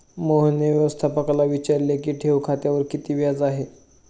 मोहनने व्यवस्थापकाला विचारले की ठेव खात्यावर किती व्याज आहे?